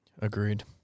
agreed